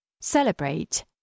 Celebrate